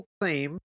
claim